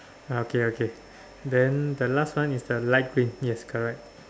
ah okay okay then the last one is the light green yes correct